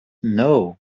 know